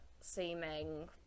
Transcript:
seeming